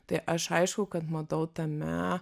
tai aš aišku kad matau tame